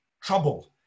trouble